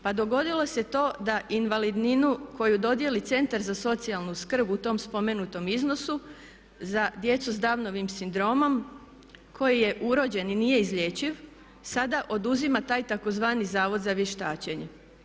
Pa dogodilo se to da invalidninu koju dodijeli Centar za socijalnu skrb u tom spomenutom iznosu za djecu s downovim sindromom koji je urođen i nije izlječiv sada oduzima taj tzv. Zavod za vještačenje.